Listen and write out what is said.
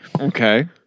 Okay